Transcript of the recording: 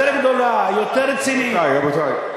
יותר גדולה, יותר רצינית, רבותי, רבותי.